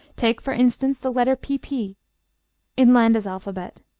take, for instance, the letter pp in landa's alphabet,